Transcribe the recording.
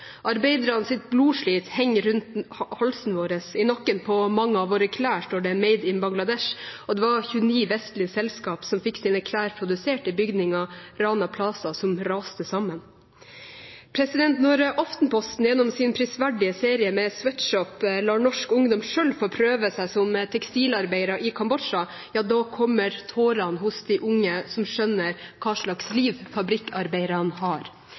blodslit henger rundt halsen vår. I nakken på mange av våre klær står det «Made in Bangladesh». Det var 29 vestlige selskap som fikk sine klær produsert i bygningen Rana Plaza, som raste sammen. Når Aftenposten gjennom sin prisverdige serie Sweatshop lar norsk ungdom selv få prøve seg som tekstilarbeidere i Kambodsja, kommer tårene hos de unge, som skjønner hva slags liv fabrikkarbeiderne har.